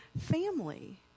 family